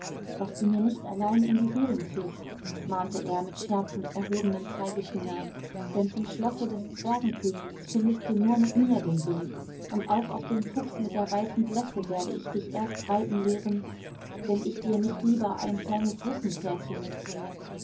daß du mir nicht allein in die höhlen kriechst mahnte er mit scherzend erhobenem zeigefinger denn zum schlosse des zwergenkönigs findest du nur mit mir den weg und auch auf dem fuchs mit der weißen blässe werde ich dich erst reiten lehren wenn ich dir nicht lieber ein kleines russenpferdchen mitbringe